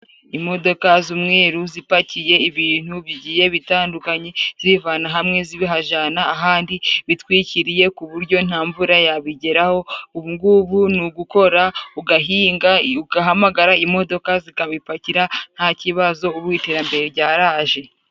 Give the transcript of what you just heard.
Imodoka z'umweru zipakiye ibintu bigiye bitandukanye zibivana hamwe zibihajana ahandi, bitwikiriye ku buryo nta mvura yabigeraho. Ubungubu ni ugukora ugahinga, ugahamagara imodoka zikabipakira nta kibazo ubu iterambere ryaraje.